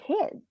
kids